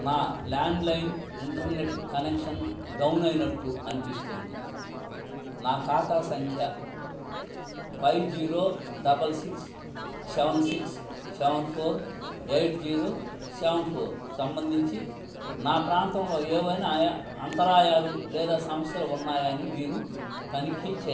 నా landline internet connection down అయినట్లు అనిపిస్తోంది నా ఖాతా సంఖ్య five zero double six seven six seven four eight zero seven ఫోర్కు సంబంధించి నా ప్రాంతంలో ఏవైనా అంతరాయాలు లేదా సమస్యలు ఉన్నాయా అని మీరు తనిఖీ చే